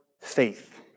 faith